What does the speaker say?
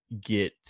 get